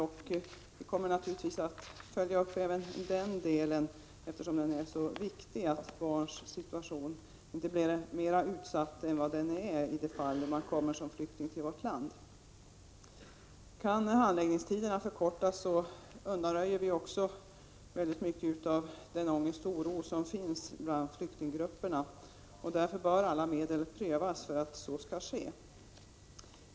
Vi kommer naturligtvis att följa även den frågan, eftersom det är så viktigt att flyktingbarnens situation inte blir mer utsatt än vad den nu är. Kan handläggningstiderna förkortas undanröjer vi väldigt mycket av den ångest och oro som finns bland flyktinggrupperna. Därför bör man pröva alla medel för att minska handläggningstiderna.